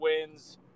wins